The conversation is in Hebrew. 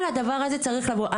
כל הדבר הזה צריך לבוא.